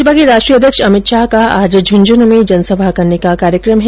भाजपा के राष्ट्रीय अध्यक्ष अमित शाह का आज झन्झनूं में जनसभा करने का कार्यक्रम है